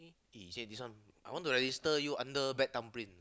you say this one I want to register you under bad thumbprint